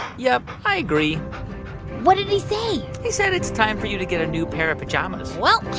yup, i agree what did he say? he said it's time for you to get a new pair of pajamas well,